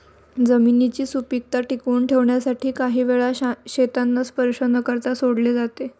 जमिनीची सुपीकता टिकवून ठेवण्यासाठी काही वेळा शेतांना स्पर्श न करता सोडले जाते